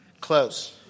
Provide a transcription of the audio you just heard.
Close